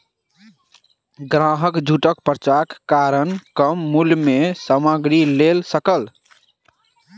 ग्राहक छूटक पर्चाक कारण कम मूल्य में सामग्री लअ सकल